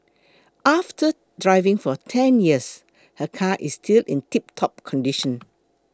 after driving for ten years her car is still in tiptop condition